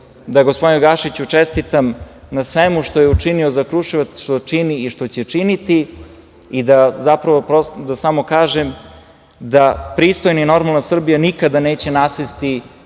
da gospodinu Gašiću čestitam na svemu što je učinio na Kruševac, što čini i što će činiti i da samo kažem da pristojna i normalna Srbija nikada neće nasesti